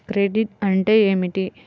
Credit అంటే ఏమిటి?